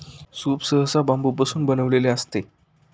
soup सहसा बांबूपासून बनविलेले असते